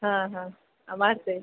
ಹಾಂ ಹಾಂ ಮಾಡ್ತೇವೆ